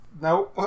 No